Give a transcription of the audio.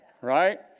right